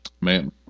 Man